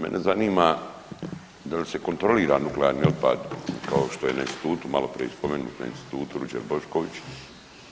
Mene zanima da li se kontrolira nuklearni otpad kao što je na institutu, maloprije je spomenut, na Institutu Ruđer Bošković